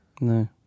No